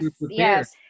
yes